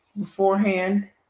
Beforehand